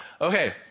Okay